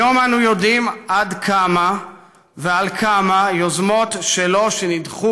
היום אנו יודעים על כמה יוזמות שלו שנדחו